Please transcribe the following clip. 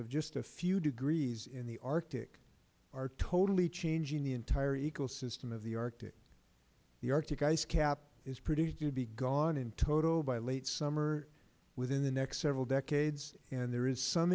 of just a few degrees in the arctic are totally changing the entire ecosystem of the arctic the arctic ice cap is predicted to be gone in toto by late summer within the next several decades and there is some